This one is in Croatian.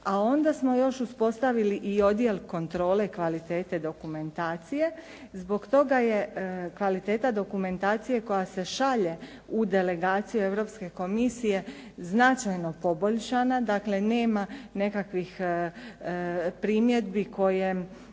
a onda smo još uspostavili i odjel kontrole, kvalitete, dokumentacije. Zbog toga je kvaliteta dokumentacije koja se šalje u delegacije Europske komisije značajno poboljšana, dakle nema nekakvih primjedbi koje